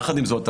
יחד עם זאת,